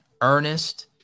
earnest